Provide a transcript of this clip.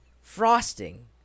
frosting